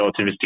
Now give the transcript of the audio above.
relativistic